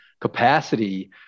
capacity